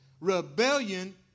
rebellion